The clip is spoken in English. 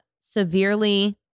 severely